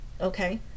okay